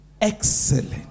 Excellent